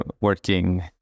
working